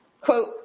quote